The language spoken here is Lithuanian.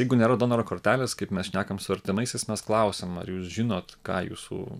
jeigu nėra donoro kortelės kaip mes šnekam su artimaisiais mes klausiam ar jūs žinot ką jūsų